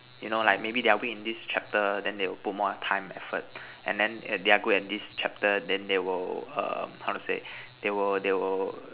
you know like maybe they're weak in this chapter then they will put more time and effort and then they're good at this chapter then they will um how to say they will they will